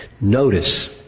notice